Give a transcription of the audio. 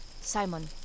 Simon